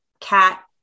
cat